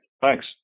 Thanks